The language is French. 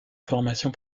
formation